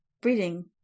breeding